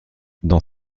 dans